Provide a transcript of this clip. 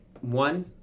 One